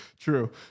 true